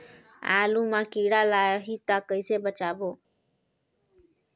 आलू मां कीड़ा लाही ता कइसे बचाबो?